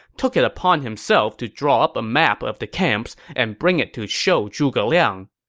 took it upon himself to draw up a map of the camps and bring it to show zhuge liang.